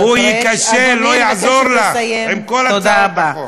הוא ייכשל, לא יעזור לך עם כל הצעות החוק.